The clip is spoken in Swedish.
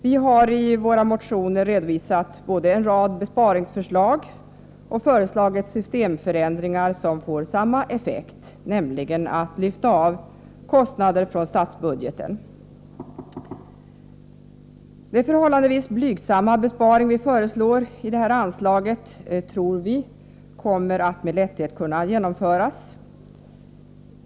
Vi har i våra motioner både redovisat en rad besparingsförslag och föreslagit systemförändringar, som får samma effekt, nämligen att lyfta av kostnader från statsbudgeten. Vi tror att den förhållandevis blygsamma besparing som vi föreslår avseende det här anslaget med lätthet kommer att kunna genomföras.